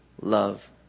love